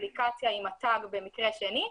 אפליקציה עם התג, במקרה השני.